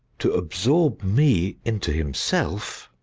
to absorb me into himself.